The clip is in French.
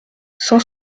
cent